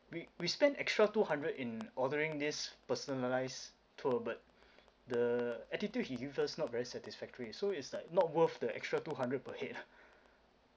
we we spend extra two hundred in ordering this personalized tour but the attitude he give us not very satisfactory so is like not worth the extra two hundred per head ah